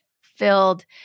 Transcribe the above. filled